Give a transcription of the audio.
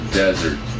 desert